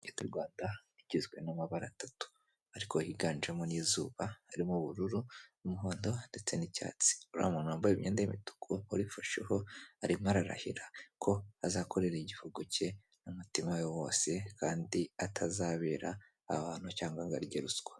Leta y'u Rwanda igizwe n'amabara atatu ariko higanjemo n'izuba, harimo ubururu n'umuhondo ndetse n'icyatsi, uriya muntu wambaye imyenda y'umutuku urifasheho arimo ararahira ko azakorera igihugu cye n'umutima we wose kandi atazabera abantu cyangwa agarye ruswa.